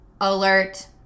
alert